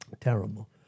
Terrible